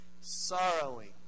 sorrowing